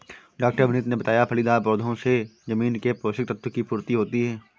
डॉ विनीत ने बताया फलीदार पौधों से जमीन के पोशक तत्व की पूर्ति होती है